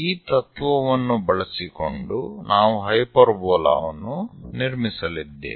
ಈ ತತ್ವವನ್ನು ಬಳಸಿಕೊಂಡು ನಾವು ಹೈಪರ್ಬೋಲಾ ವನ್ನು ನಿರ್ಮಿಸಲಿದ್ದೇವೆ